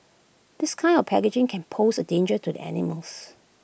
this kind of packaging can pose A danger to the animals